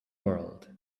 world